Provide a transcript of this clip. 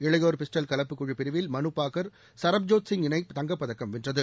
இளையோர் பிஸ்டல் கலப்புக் குழு பிரிவில் மனுபாக்கர் சரப்ஜோத் சிங் இணை தங்கப்பதக்கம் வென்றது